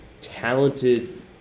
talented